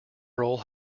role